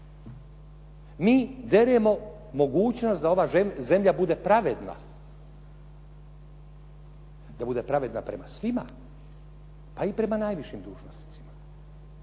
Mi deremo mogućnost da ova zemlja bude pravedna, da bude pravedna prema svima, pa i prema najvišim dužnosnicima.